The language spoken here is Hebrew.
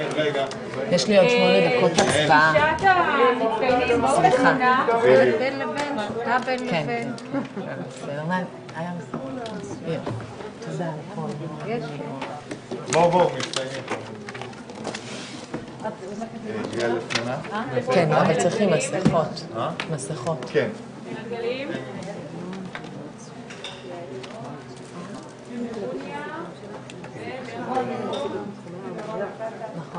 13:53.